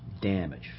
damage